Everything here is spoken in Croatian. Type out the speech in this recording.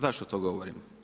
Zašto to govorim?